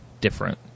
different